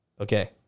Okay